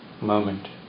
moment